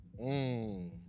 Mmm